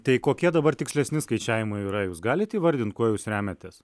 tai kokie dabar tikslesni skaičiavimai yra jūs galite įvardinti kuo jūs remiatės